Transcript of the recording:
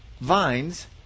vines